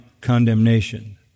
condemnation